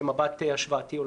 במבט השוואתי עולמי.